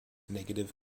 negative